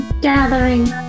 gathering